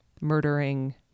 murdering